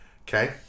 Okay